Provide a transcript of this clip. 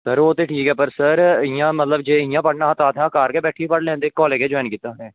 sir ओह् ते ठीक ऐ पर इंया जे अस घर बैठियै गै पढ़ी लैंदे कॉलेज़ कैह्सी ज्वाईन कीता हा असें